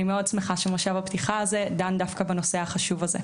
אני מאוד שמחה שמה שהיה בפתיחה דן דווקא בנושא החשוב הזה.